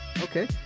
okay